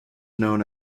known